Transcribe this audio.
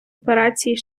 операції